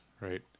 right